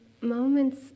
moments